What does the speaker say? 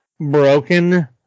broken